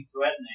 threatening